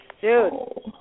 Dude